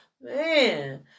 Man